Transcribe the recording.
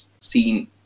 seen